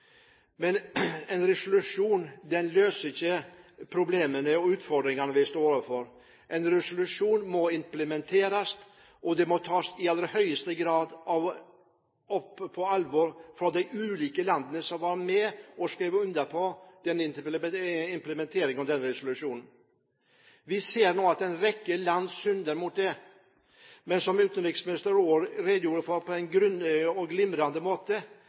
må i høyeste grad tas på alvor av de ulike landene som var med og skrev under på implementering av denne resolusjonen. Vi ser nå at en rekke land synder mot dette. Men som utenriksministeren også redegjorde for på en grundig og glimrende måte: